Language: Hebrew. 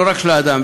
ולא רק של האדם,